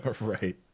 Right